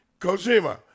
Kojima